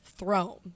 throne